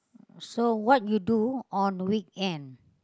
so what you do on weekend